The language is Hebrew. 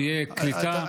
שתהיה קליטה.